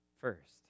first